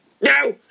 No